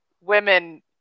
women